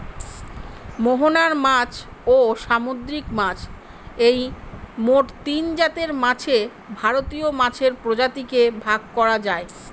মোহনার মাছ, ও সামুদ্রিক মাছ এই মোট তিনজাতের মাছে ভারতীয় মাছের প্রজাতিকে ভাগ করা যায়